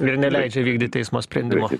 ir neleidžia vykdyt teismo sprendimo